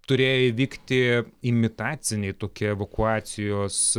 turėjo įvykti imitaciniai tokie evakuacijos